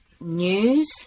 News